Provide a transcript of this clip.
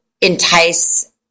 entice